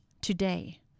today